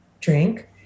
drink